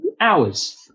hours